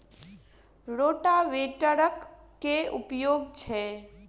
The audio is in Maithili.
रोटावेटरक केँ उपयोग छैक?